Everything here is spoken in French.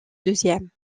deuxième